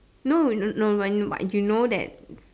no no but but you know that